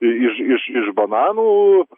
iš iš iš bananųųų